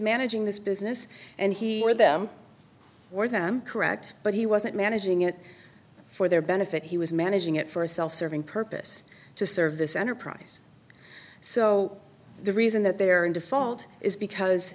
managing this business and he or them or them correct but he wasn't managing it for their benefit he was managing it for a self serving purpose to serve this enterprise so the reason that they're in default is because